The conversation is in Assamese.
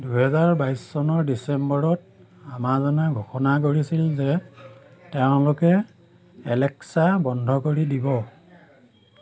দুহেজাৰ বাইছ চনৰ ডিচেম্বৰত আমাজনে ঘোষণা কৰিছিল যে তেওঁলোকে এলেক্সা বন্ধ কৰি দিব